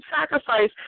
sacrifice